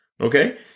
Okay